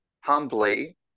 humbly